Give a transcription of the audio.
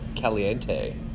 caliente